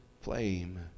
flame